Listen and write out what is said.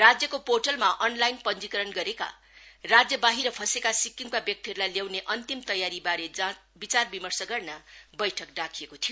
राज्यको पोर्टलमा अनलाइन पंजीकरण गरेको राज्यबाहिर फँसेका सिक्किमका व्यक्तिहरूलाई ल्याउने अन्तिम तयारीबारे विचार विमर्श गर्न बैठक डाकिएको थियो